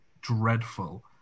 dreadful